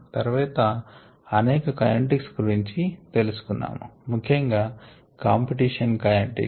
తర్వాత అనేక కైనెటిక్స్ గురించి తెలుసు కున్నాం ముఖ్యంగా కాంపిటిషన్ కైనెటిక్స్